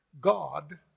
God